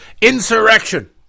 insurrection